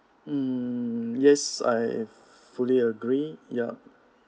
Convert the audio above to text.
mm yes I fully agree yup